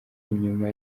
inyuma